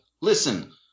Listen